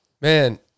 Man